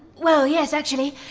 well yes actually.